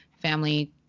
family